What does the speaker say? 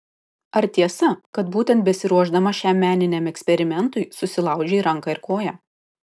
ar tiesa kad būtent besiruošdama šiam meniniam eksperimentui susilaužei ranką ir koją